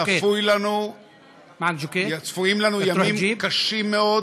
צפויים לנו ימים קשים מאוד,